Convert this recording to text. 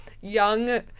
young